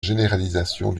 généralisation